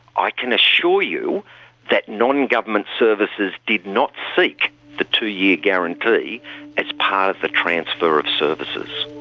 i can assure you that non-government services did not seek the two-year guarantee as part of the transfer of services.